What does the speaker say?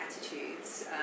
attitudes